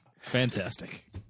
Fantastic